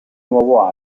nuovo